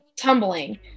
tumbling